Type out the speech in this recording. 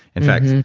in fact,